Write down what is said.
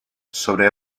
sobre